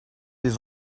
des